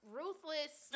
ruthless